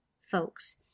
folks